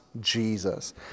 Jesus